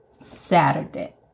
Saturday